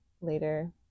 later